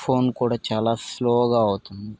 phone కూడా చాలా స్లోగా అవుతుంది